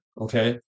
Okay